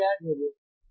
मुझे क्या ज़रुरत है